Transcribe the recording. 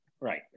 Right